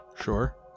Sure